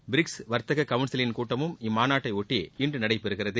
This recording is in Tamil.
பிரிக்ஸ் வர்த்தக கவுன்சிலின் கூட்டமும் இம்மாநாட்டை ஒட்டி இன்று நடைபெறுகிறது